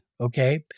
okay